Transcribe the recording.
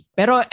pero